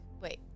Wait